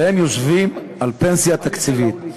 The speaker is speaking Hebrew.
והם יושבים על פנסיה תקציבית.